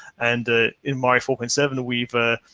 and in my four point seven weaver,